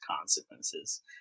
consequences